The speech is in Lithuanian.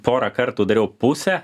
porą kartų dariau pusę